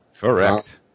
correct